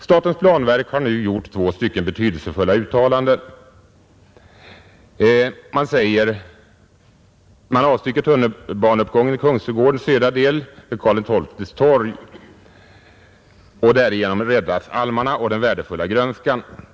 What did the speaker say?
Statens planverk har nu gjort två betydelsefulla uttalanden i almfrågan. Man avstyrker tunnelbaneuppgången i Kungsträdgårdens södra del, Karl XII:s torg. Därigenom räddas almarna och den värdefulla grönskan.